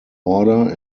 order